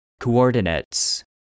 Coordinates